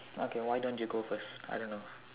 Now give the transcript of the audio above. okay why don't you go first I don't know